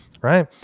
right